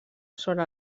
sobre